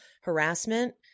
harassment